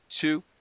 two